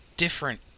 different